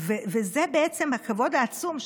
וזה בעצם הכבוד העצום,